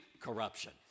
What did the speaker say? corruption